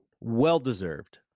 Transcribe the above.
Well-deserved